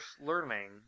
learning